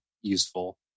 useful